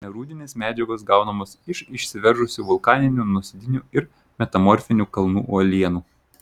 nerūdinės medžiagos gaunamos iš išsiveržusių vulkaninių nuosėdinių ir metamorfinių kalnų uolienų